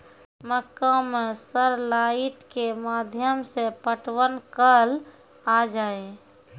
मक्का मैं सर लाइट के माध्यम से पटवन कल आ जाए?